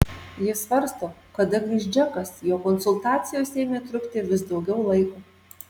ji svarsto kada grįš džekas jo konsultacijos ėmė trukti vis daugiau laiko